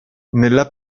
nella